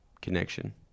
connection